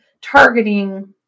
targeting